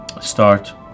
start